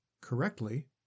correctly